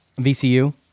VCU